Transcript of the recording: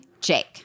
Jake